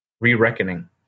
re-reckoning